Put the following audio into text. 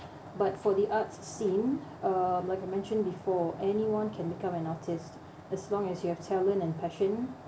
but for the arts scene uh like I mentioned before anyone can become an artist as long as you have talent and passion